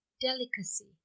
Delicacy